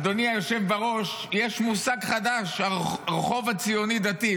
אדוני היושב בראש, יש מושג חדש, הרחוב הציוני-דתי.